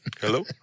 Hello